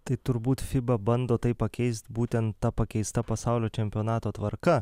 tai turbūt fiba bando tai pakeist būtent ta pakeista pasaulio čempionato tvarka